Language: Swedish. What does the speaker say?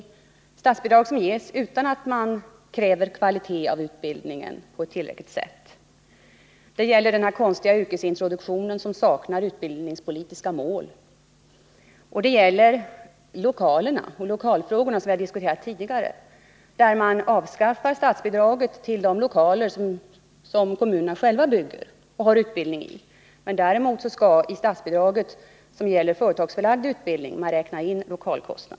Dessa statsbidrag ges utan att man på ett tillräckligt sätt kräver kvalitet på utbildningen. Det gäller den nu föreslagna konstiga yrkesintroduktionen, som saknar utbildningspolitiska mål. Och det gäller lokalfrågor. Statsbidraget till de lokaler som kommunerna själva bygger och bedriver utbildning i skall avskaffas, men däremot skall i statsbidraget till företagsförlagd utbildning lokalkostnaden räknas in.